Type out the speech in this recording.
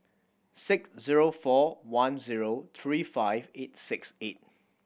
six zero four one zero three five eight six eight